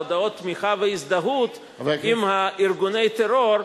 והודעות תמיכה והזדהות עם ארגוני טרור,